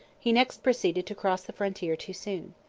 he next proceeded to cross the frontier too soon.